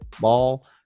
ball